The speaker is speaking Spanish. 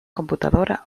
computadora